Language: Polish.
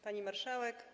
Pani Marszałek!